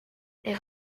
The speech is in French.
les